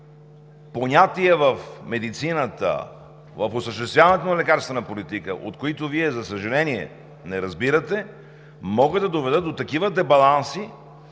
понятия в медицината в осъществяването на лекарствената политика, от които Вие, за съжаление, не разбирате, могат да доведат до такива дебаланси,